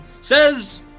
Says